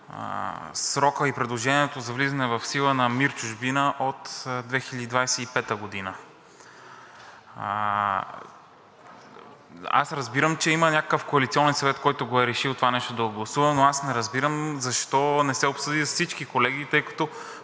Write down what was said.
срока и до предложение за влизане в сила на МИР „Чужбина“ от 2025 г.! Аз разбирам, че има някакъв коалиционен съвет, който е решил това нещо да го гласува, но аз не разбирам защо не се обсъди с всички колеги, тъй като